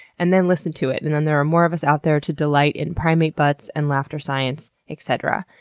and then listen to it, and then there are more of us out there to delight in primate butts and laughter science, etc.